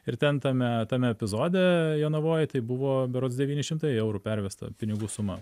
ir ten tame tame epizode jonavoj tai buvo berods devyni šimtai eurų pervesta pinigų suma